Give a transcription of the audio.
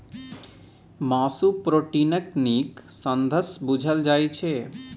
मासु प्रोटीनक नीक साधंश बुझल जाइ छै